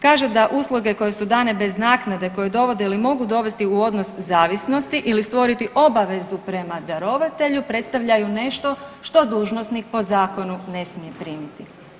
Kaže da usluge koje su dane bez naknade koje dovode ili mogu dovesti u odnos zavisnosti ili stvoriti obavezu prema darovatelju, predstavljaju nešto što dužnosnik po zakonu ne smije primiti.